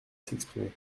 s’exprimer